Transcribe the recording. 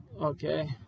okay